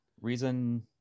Reason